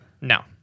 no